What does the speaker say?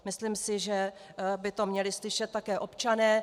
Myslím, že by to měli slyšet také občané.